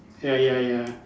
ya ya ya